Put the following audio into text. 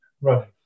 running